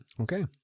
Okay